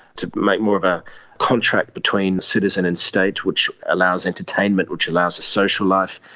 to make more of a contract between citizen and state which allows entertainment, which allows a social life,